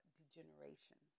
degeneration